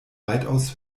weitaus